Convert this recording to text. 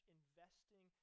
investing